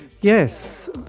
yes